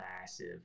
massive